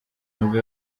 nibwo